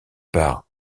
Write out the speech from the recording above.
par